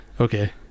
okay